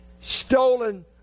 stolen